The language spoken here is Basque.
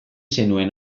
zenuen